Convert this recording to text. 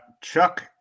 Chuck